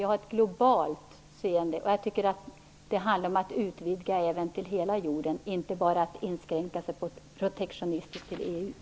Jag har ett globalt seende, och jag tycker att det handlar om att man skall göra en utvidgning som omfattar hela jorden och inte bara inskränka sig protektionistiskt till EU.